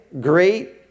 great